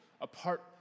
apart